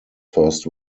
first